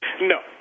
No